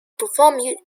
performed